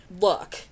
look